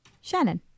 shannon